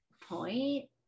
point